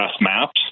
maps